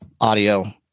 audio